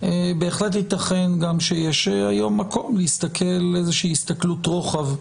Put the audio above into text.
בהחלט יתכן גם שיש היום מקום להסתכל איזושהי הסתכלות רוחב.